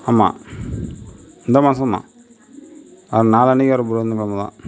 ஆமாம் இந்த மாதந்தான் அன் நாளான்னிக்கு வர புதன் கிழமதான்